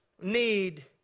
need